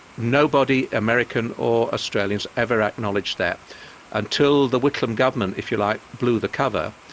nobody, american or australians, ever acknowledged that until the whitlam government if you like, blew the cover,